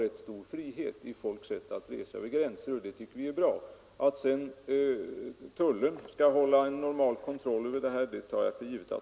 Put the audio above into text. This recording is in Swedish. Det är något som vi upplever som positivt. Jag tar dock för givet att tullen utövar en normal kontroll över den verksamhet som vi nu diskuterar.